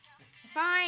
Fine